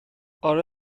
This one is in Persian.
آره